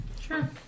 Sure